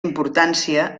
importància